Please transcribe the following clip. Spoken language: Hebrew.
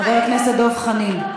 חבר הכנסת דב חנין.